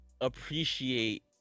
appreciate